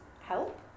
help